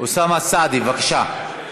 אוסאמה סעדי, בבקשה.